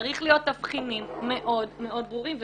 צריכים להיות תבחינים מאוד מאוד ברורים,